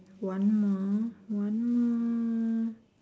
one more one more